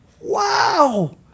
wow